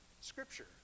Scripture